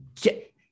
get